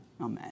Amen